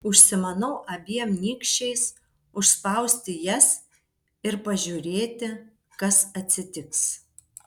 užsimanau abiem nykščiais užspausti jas ir pažiūrėti kas atsitiks